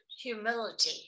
humility